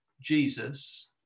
Jesus